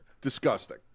Disgusting